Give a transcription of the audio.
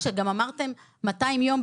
שגם אמרתם 200 יום,